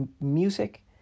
music